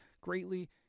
greatly